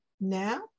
Now